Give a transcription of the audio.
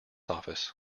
office